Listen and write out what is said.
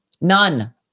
None